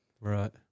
right